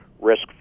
risk